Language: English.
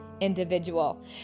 Individual